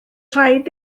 rhaid